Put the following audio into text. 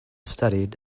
studied